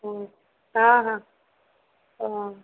हँ हँ हँ हँ